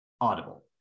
audible